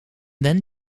then